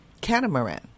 catamaran